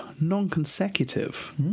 non-consecutive